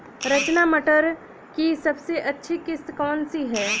रचना मटर की सबसे अच्छी किश्त कौन सी है?